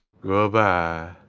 Goodbye